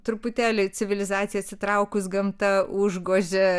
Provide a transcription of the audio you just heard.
truputėlį civilizacija atsitraukus gamta užgožia